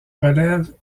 relève